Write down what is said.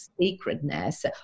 sacredness